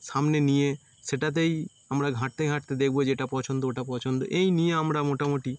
সামনে নিয়ে সেটাতেই আমরা ঘাঁটতে ঘাঁটতে দেখবো যেটা পছন্দ ওটা পছন্দ এই নিয়ে আমরা মোটামুটি